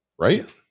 right